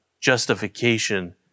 justification